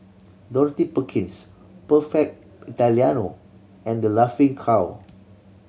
Dorothy Perkins Perfect Italiano and The Laughing Cow